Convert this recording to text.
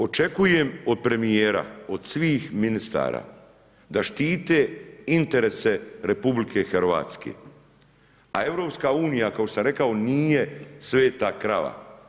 Očekujem od premijera, od svih ministara da štite interese RH, a EU kao što sam rekao nije sveta krava.